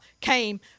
came